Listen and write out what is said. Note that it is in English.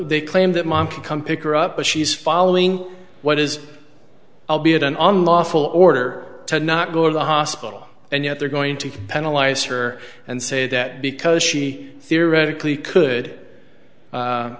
they claim that mom to come pick her up but she's following what is albeit an unlawful order to not go to the hospital and yet they're going to penalize her and say that because she theoretically could